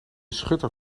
schutter